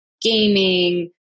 gaming